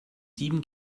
sieben